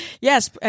Yes